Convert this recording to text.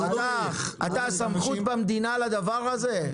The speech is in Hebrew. אתה הסמכות במדינה לדבר הזה?